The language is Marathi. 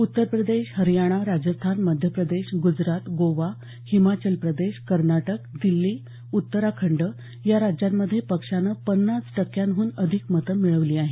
उत्तरप्रदेश हरयाणा राजस्थान मध्यप्रदेश ग्जरात गोवा हिमाचल प्रदेश कर्नाटक दिल्ली उत्तराखंड या राज्यांमधे पक्षानं पन्नास टक्क्यांहून अधिक मतं मिळवली आहेत